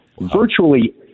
virtually